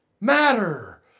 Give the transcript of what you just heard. matter